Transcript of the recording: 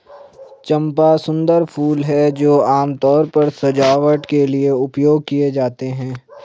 चंपा सुंदर फूल हैं जो आमतौर पर सजावट के लिए उपयोग किए जाते हैं